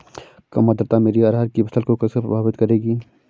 कम आर्द्रता मेरी अरहर की फसल को कैसे प्रभावित करेगी?